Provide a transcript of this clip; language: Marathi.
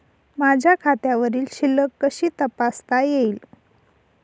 माझ्या खात्यावरील शिल्लक कशी तपासता येईल?